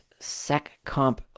seccomp